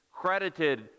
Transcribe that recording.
credited